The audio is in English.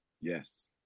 Yes